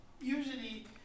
usually